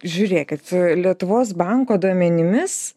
žiūrėkit lietuvos banko duomenimis